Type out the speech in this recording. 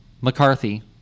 McCarthy